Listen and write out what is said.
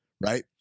right